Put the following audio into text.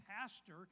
pastor